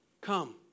come